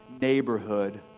neighborhood